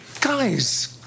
Guys